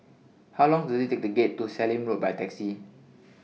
How Long Does IT Take to get to Sallim Road By Taxi